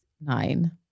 nine